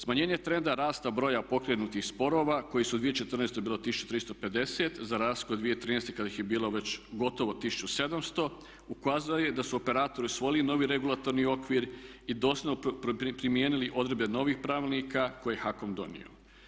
Smanjenje trenda rasta broja pokrenutih sporova koji su u 2014. bilo 1350, za rashod 2013. kada ih je bilo već gotovo 1700 ukazao je da su operatori usvojili novi regulatorni okvir i doslovno primijenili odredbe novih pravilnika koje je HAKOM donio.